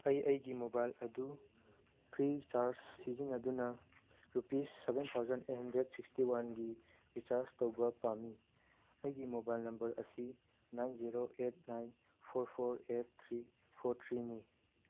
ꯑꯩ ꯑꯩꯒꯤ ꯃꯣꯕꯥꯏꯜ ꯑꯗꯨ ꯐ꯭ꯔꯤ ꯆꯥꯔꯖ ꯁꯤꯖꯤꯟꯅꯗꯨꯅ rupees seven thousand eight hundred sixty ꯋꯥꯟꯒꯤ ꯔꯤꯆꯥꯔꯖ ꯇꯧꯕ ꯄꯥꯝꯃꯤ ꯑꯩꯒꯤ ꯃꯣꯕꯥꯏꯜ ꯅꯝꯕꯔ ꯑꯁꯤ nine zero eight nine four four eight three four ꯊ꯭ꯔꯤꯅꯤ